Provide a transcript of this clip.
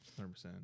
100%